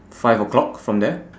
five O clock from there